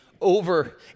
over